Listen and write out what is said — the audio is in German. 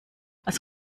als